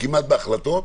כמעט בהחלטות.